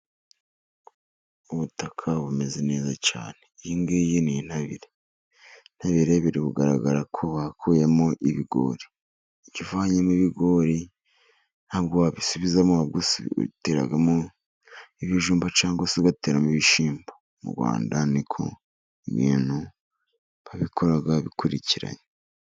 Ubutaka bumeze neza cyane. Iyi ngiyi ni intabire. Intabire biri kugaragara ko bakuyemo ibigori icyo uvanyemo ibigori nta bwo wabisubizamo ahubwo usubizamo ibijumba cyangwa se ugateramo ibishimbo. Mu Rwanda ni ko ibintu babikora bikurikiranye.